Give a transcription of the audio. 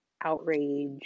outrage